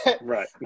Right